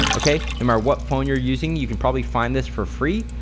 okay? no matter what phone you're using you can probably find this for free,